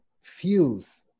feels